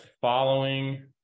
following